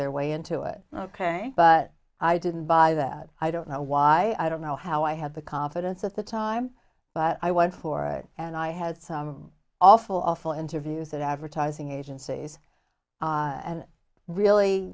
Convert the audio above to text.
their way into it ok but i didn't buy that i don't know why i don't know how i have the confidence at the time but i went for it and i had awful awful interviews that advertising agencies and really